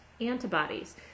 antibodies